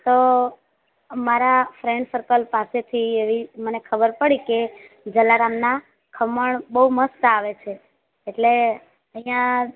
તો મારા friend circle પાસેથી એવી મને ખબર પડી કે જલારામના ખમણ બોવ મસ્ત આવે છે એટલે અહીંયા